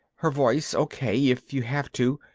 her voice, okay, if you have to.